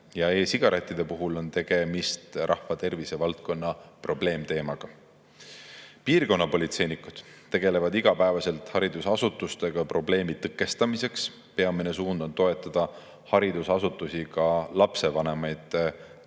E‑sigarettide puhul on tegemist rahvatervisevaldkonna probleemteemaga. Piirkonnapolitseinikud tegelevad igapäevaselt [koos] haridusasutustega probleemi tõkestamisega. Peamine suund on toetada haridusasutusi, ka lapsevanemaid,